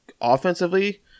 offensively